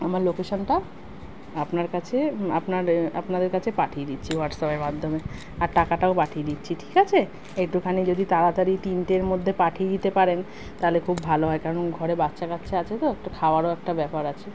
আমার লোকেশনটা আপনার কাছে আপনার আপনাদের কাছে পাঠিয়ে দিচ্ছি হোয়াটসঅ্যাপের মাধ্যমে আর টাকাটাও পাঠিয়ে দিচ্ছি ঠিক আছে একটুখানি যদি তাড়াতাড়ি তিনটের মধ্যে পাঠিয়ে দিতে পারেন তাহলে খুব ভালো হয় কারণ ঘরে বাচ্চা কাচ্চা আছে তো একটু খাওয়ারও একটা ব্যাপার আছে